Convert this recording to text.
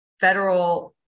federal